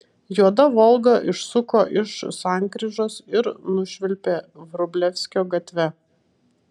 juoda volga išsuko iš sankryžos ir nušvilpė vrublevskio gatve